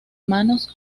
manos